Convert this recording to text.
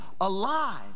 alive